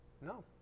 No